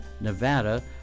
Nevada